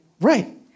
Right